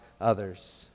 others